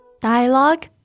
Dialogue